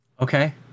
Okay